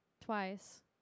twice